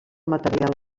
material